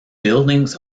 buildings